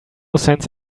sense